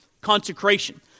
consecration